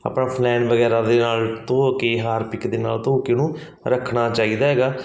ਆਪਣਾ ਫਨੈਲ ਵਗੈਰਾ ਦੇ ਨਾਲ ਧੋ ਕੇ ਹਾਰਪਿਕ ਦੇ ਨਾਲ ਧੋ ਕੇ ਉਹਨੂੰ ਰੱਖਣਾ ਚਾਹੀਦਾ ਹੈਗਾ